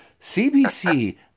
CBC